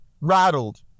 rattled